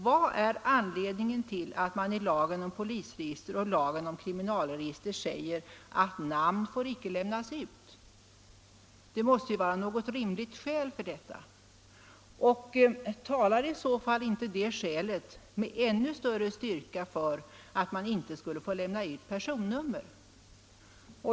Vad är anledningen till att det i lagen om polisregister och lagen om kriminalregister står att namn icke får lämnas ut? Det måste ju finnas något rimligt skäl till detta. Talar i så fall inte det skälet med ännu större styrka för att man inte skulle få lämna ut personnummer?